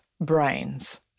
brains